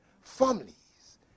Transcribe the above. families